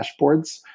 dashboards